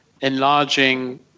enlarging